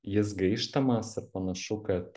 jis gaištamas ir panašu kad